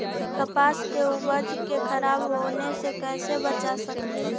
कपास के उपज के खराब होने से कैसे बचा सकेली?